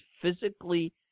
physically